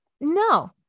no